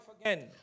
again